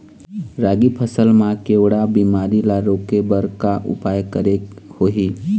रागी फसल मा केवड़ा बीमारी ला रोके बर का उपाय करेक होही?